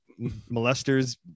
molesters